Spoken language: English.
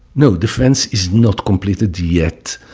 no, the fence is not completed yet,